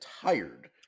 tired